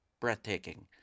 breathtaking